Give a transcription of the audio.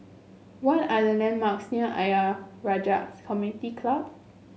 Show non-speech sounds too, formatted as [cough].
what are the landmarks near Ayer Rajah [unintelligible] Community Club